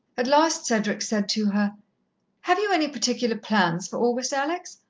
at last cedric said to her have you any particular plans for august, alex?